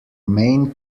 main